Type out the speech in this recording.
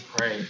Right